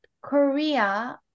Korea